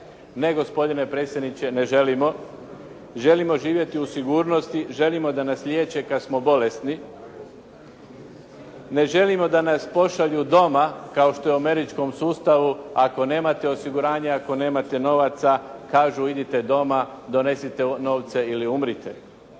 Ne, gospodine predsjedniče, ne želimo. Želimo živjeti u sigurnosti, želimo da nas liječe kada smo bolesni. Ne želimo da nas pošalju doma, kao što je u američkom sustavu ako nemate osiguranje i ako nemate novaca, kažu idite doma, donesite novce ili umrite.